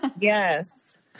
Yes